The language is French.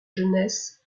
jeunesse